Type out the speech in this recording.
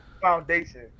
foundation